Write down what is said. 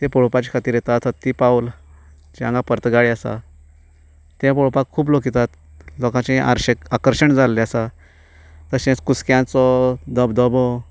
ते पळोवपाचे खातीर येतात हत्ती आसा तें पळोवपाक खूब लोक येतात लोकांचें आकर्शण जाल्लें आसा तशेंच कुसक्याचो धबधबो